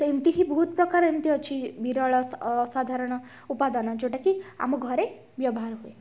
ଏମତି କି ବହୁତ ପ୍ରକାର ଏମତି ଅଛି ବିରଳ ଅସାଧାରଣ ଉପାଦାନ ଯେଉଁଟା କି ଆମ ଘରେ ବ୍ୟବହାର ହୁଏ